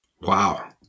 Wow